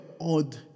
odd